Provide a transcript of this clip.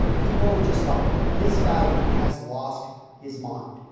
people are just like this guy has lost his mind.